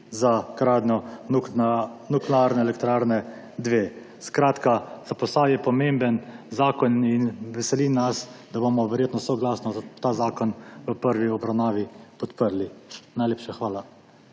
za gradnjo Nuklearne elektrarne Krško 2. Za Posavje je to pomemben zakon in veseli nas, da bomo verjetno soglasno ta zakon v prvi obravnavi podprli. Najlepša hvala.